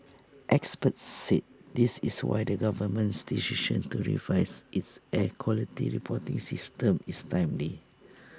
experts said this is why the government's decision to revise its air quality reporting system is timely